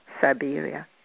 Siberia